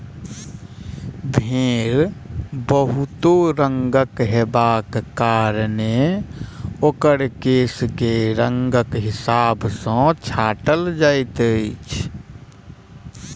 भेंड़ विभिन्न रंगक होयबाक कारणेँ ओकर केश के रंगक हिसाब सॅ छाँटल जाइत छै